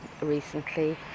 recently